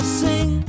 sing